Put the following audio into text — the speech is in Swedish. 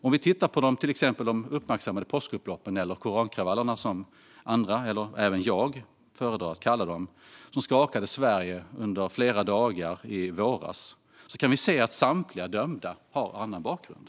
Om vi tittar på de uppmärksammade påskupploppen, eller korankravallerna som jag med flera föredrar att kalla dem, som skakade Sverige under flera dagar i våras, ser vi att samtliga dömda har annan bakgrund.